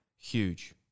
huge